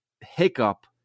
hiccup